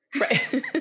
Right